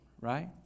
right